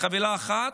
כחבילה אחת,